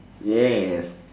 yes